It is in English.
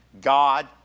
God